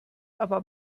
aber